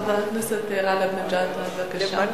חבר הכנסת גאלב מג'אדלה, בבקשה.